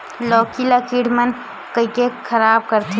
लौकी ला कीट मन कइसे खराब करथे?